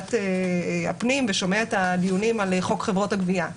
בוועדת הפנים ושומע את הדיונים על חוק חברות הגבייה.